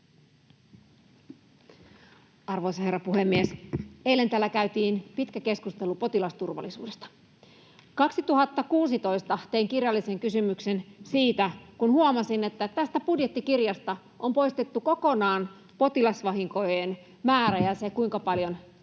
Arvoisa herra puhemies! Eilen täällä käytiin pitkä keskustelu potilasturvallisuudesta. 2016 tein kirjallisen kysymyksen siitä, kun huomasin, että budjettikirjasta on poistettu kokonaan potilasvahinkojen määrä ja se, kuinka paljon niihin